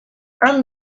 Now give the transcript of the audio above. han